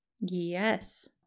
Yes